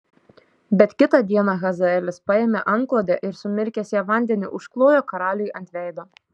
bet kitą dieną hazaelis paėmė antklodę ir sumirkęs ją vandeniu užklojo karaliui ant veido